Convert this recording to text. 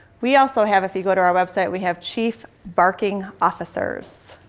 we also have if you go to our website, we have chief barking officers.